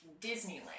Disneyland